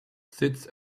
sits